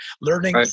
Learning